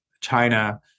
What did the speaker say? china